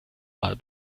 mal